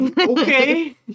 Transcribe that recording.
okay